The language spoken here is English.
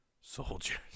soldiers